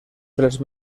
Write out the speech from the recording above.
tres